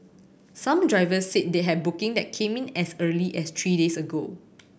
some drivers said they had booking that came in as early as three days ago